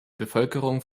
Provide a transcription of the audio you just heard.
bevölkerung